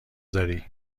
داری